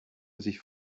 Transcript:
sich